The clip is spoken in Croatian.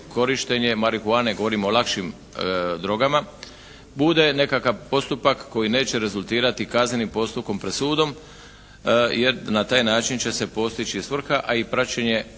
korištenje marihuane, govorimo o lakšim drogama, bude nekakav postupak koji neće rezultirati kaznenim postupkom pred sudom, jer na taj način će se postići svrha a i praćenje